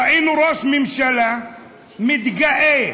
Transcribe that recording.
ראינו ראש ממשלה מתגאה,